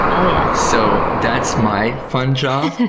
so yeah so that's my fun job,